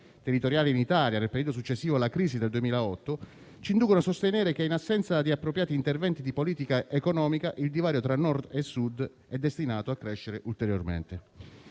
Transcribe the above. territoriali in Italia nel periodo successivo alla crisi del 2008, ci inducono a sostenere che, in assenza di appropriati interventi di politica economica, il divario tra Nord e Sud è destinato a crescere ulteriormente.